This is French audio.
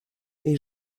est